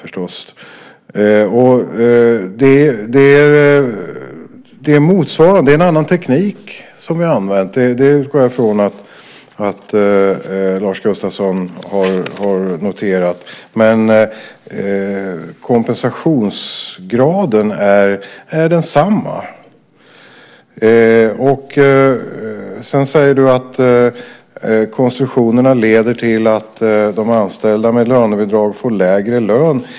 Det är en annan teknik som vi har använt; det utgår jag från att Lars Gustafsson har noterat. Men kompensationsgraden är densamma. Du säger att konstruktionerna leder till att de anställda med lönebidrag får lägre lön.